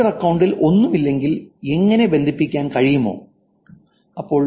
Twitter അക്കൌണ്ടിൽ ഒന്നുമില്ലെങ്കിൽ അതിനെ ബന്ധിപ്പിക്കാൻ കഴിയുമോ